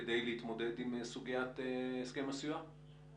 כדי להתמודד עם סוגיית הסכם הסיוע?